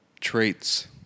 traits